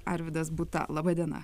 ar arvydas būta laba diena